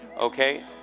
okay